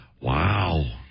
Wow